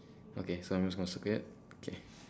okay so I'm just gonna circle it K